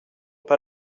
pas